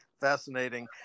fascinating